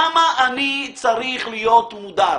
למה אני צריך להיות מודר?